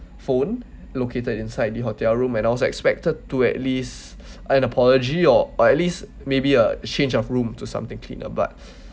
phone located inside the hotel room and I was expected to at least an apology or or at least maybe a change of room to something cleaner but